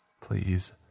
Please